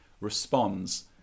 responds